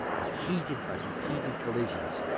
are heated by repeated collisions,